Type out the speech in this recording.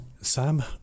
Sam